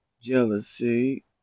jealousy